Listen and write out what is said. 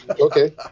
okay